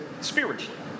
spiritually